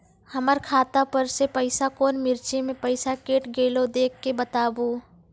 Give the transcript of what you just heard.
हमर खाता पर से पैसा कौन मिर्ची मे पैसा कैट गेलौ देख के बताबू?